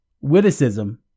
witticism